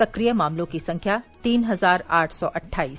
सक्रिय मामलों की संख्या तीन हजार आठ सौ अट्ठाइस